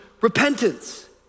repentance